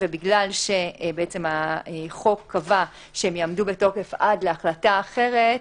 ובגלל שהחוק קבע שהם יעמדו בתוקף עד החלטה אחרת,